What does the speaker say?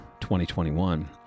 2021